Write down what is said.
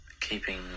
keeping